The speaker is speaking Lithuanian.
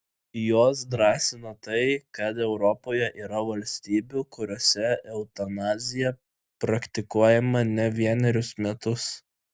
juos drąsina tai kad europoje yra valstybių kuriose eutanazija praktikuojama ne vienerius metus